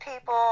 people